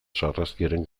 sarraskiaren